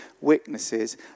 witnesses